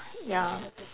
ya